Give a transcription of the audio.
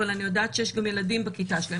אבל אני יודעת שיש גם ילדים בכיתה שלהם